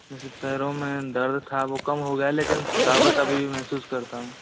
बस ये पैरों में दर्द था वो कम हो गया है लेकिन थकावट अभी भी महसूस करता हूँ